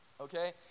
okay